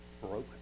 broken